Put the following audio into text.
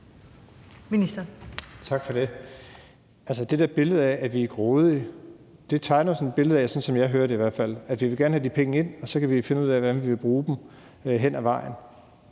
Bruus): Tak for det. Altså, det der billede, der tegnes af, at vi er grådige, fortæller mig, sådan som jeg hører det i hvert fald, at vi gerne vil have de penge ind, og så kan vi finde ud af, hvordan vi vil bruge dem hen ad vejen.